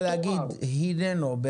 הקנביס הינו.